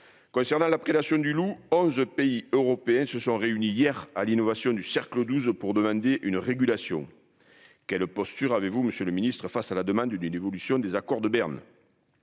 concernant la prédation du loup 11 pays européens se sont réunis hier à l'innovation du cercle 12 pour demander une régulation quelle posture avez-vous Monsieur le Ministre, face à la demande une une évolution des accords de Berne